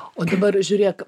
o dabar žiūrėk